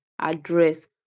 address